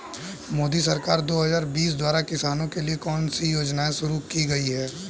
मोदी सरकार दो हज़ार बीस द्वारा किसानों के लिए कौन सी योजनाएं शुरू की गई हैं?